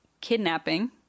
kidnapping